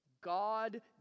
God